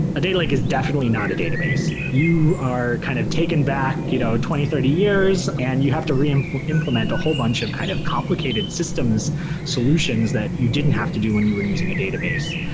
a data lake is definitely not a database. you are kind of taken back you know twenty, thirty years and you have to re-implement re-implement a whole bunch of kind of complicated systems solutions that you didn't have to do when you were using a database.